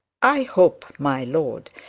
i hope, my lord,